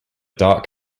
dark